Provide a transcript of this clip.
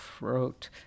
wrote